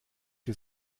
wir